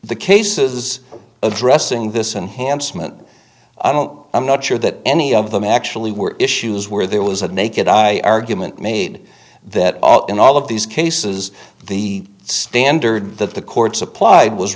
the case is addressing this enhanced moment i don't i'm not sure that any of them actually were issues where there was a naked eye argument made that all in all of these cases the standard that the courts applied was